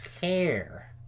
care